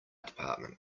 department